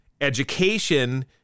education